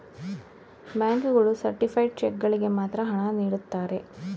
bank ಗಳು certified cheque ಗಳಿಗೆ ಮಾತ್ರ ಹಣ ನೀಡುತ್ತಾರೆ